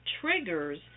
triggers